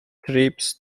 trips